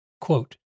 quote